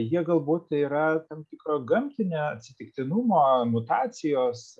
jie galbūt yra tam tikra gamtinė atsitiktinumo mutacijos